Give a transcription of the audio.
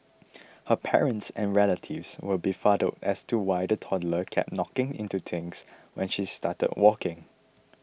her parents and relatives were befuddled as to why the toddler kept knocking into things when she started walking